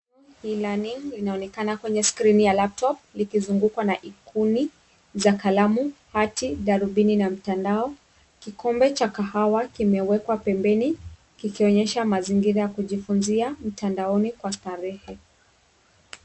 Neno e-learning inaonekana kwenye skrini ya laptop likizungukwa na ikoni za kalamu, hati , darubini na mtandao. Kikombe cha kahawa kimewekwa pembeni kikionyesha mazingira ya kujifunzia mtandaoni kwa starehe.